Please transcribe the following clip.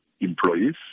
employees